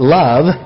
love